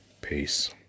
Peace